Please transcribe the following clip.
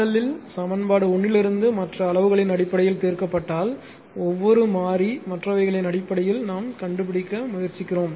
L இல் சமன்பாடு 1 இலிருந்து மற்ற அளவுகளின் அடிப்படையில் தீர்க்கப்பட்டால் ஒவ்வொரு மாறி மற்றவைகளின் அடிப்படையில் நாம் கண்டுபிடிக்க முயற்சிக்கிறோம்